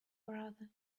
brother